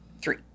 three